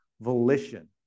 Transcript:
volition